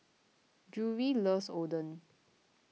Drury loves Oden